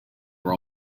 were